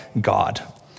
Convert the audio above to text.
God